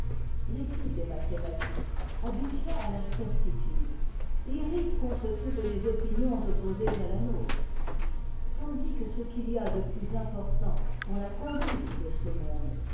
l'étude des mathématiques habituant à la certitude irrite contre toutes les opinions opposées à la notre tandis que ce qu'il y a de plus im portant pour la conduite de ce monde